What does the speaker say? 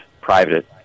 private